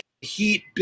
heat